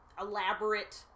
elaborate